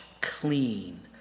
clean